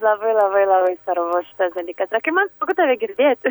labai labai labai svarbu šitas dalykas ir kai man tave girdėti